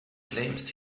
claims